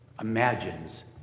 imagines